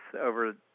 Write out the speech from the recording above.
over